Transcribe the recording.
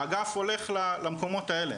האגף הולך למקומות האלה,